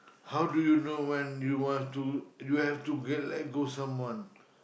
how do you know when you want to you have to get let go someone